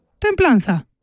templanza